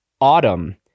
autumn